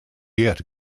yet